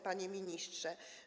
Panie Ministrze!